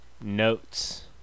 notes